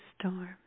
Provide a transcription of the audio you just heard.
storm